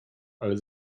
ale